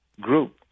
group